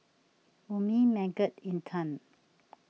Ummi Megat and Intan